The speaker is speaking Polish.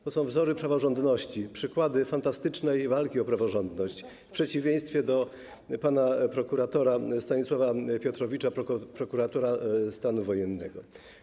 To są wzory praworządności, przykłady fantastycznej walki o praworządność w przeciwieństwie do pana prokuratora Stanisława Piotrowicza, prokuratora stanu wojennego.